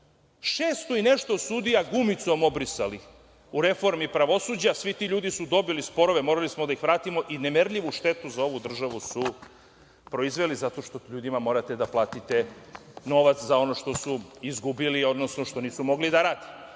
šesto i nešto sudija gumicom obrisali u reformi pravosuđa. Svi ti ljudi su dobili sporove, morali smo da ih vratimo i nemerljivu štetu za ovu državu su proizveli zato što ljudima morate da platite novac za ono što su izgubili, odnosno što nisu mogli da rade.